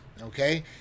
okay